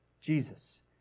Jesus